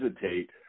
hesitate